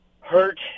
hurt